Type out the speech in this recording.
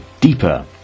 deeper